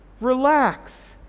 Relax